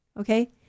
okay